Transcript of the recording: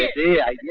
d i.